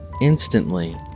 Instantly